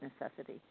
necessity